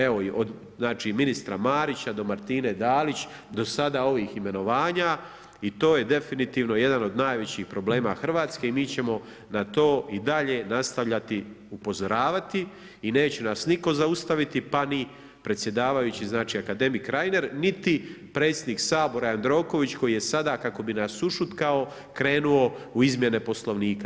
Evo i od ministra Marića do Martine Dalić do sada ovih imenovanja i to je definitivno jedan od najvećih problema Hrvatske i mi ćemo na to i dalje nastavljati upozoravati i neće nas nitko zaustaviti, pa ni predsjedavajući, znači akademik Reiner, niti predsjednik Sabora Jandroković koji je sada kako bi nas ušutkao krenuo u izmjene Poslovnika.